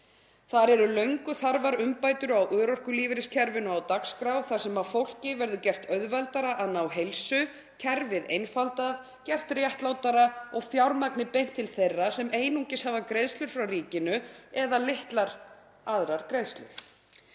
Þar eru löngu þarfar umbætur á örorkulífeyriskerfinu á dagskrá þar sem fólki verður gert auðveldara að ná heilsu, kerfið einfaldað, gert réttlátara og fjármagni beint til þeirra sem einungis hafa greiðslur frá ríkinu eða litlar aðrar greiðslur.